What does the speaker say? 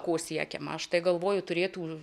ko siekiama štai galvoju turėtų